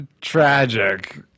Tragic